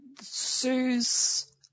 Sue's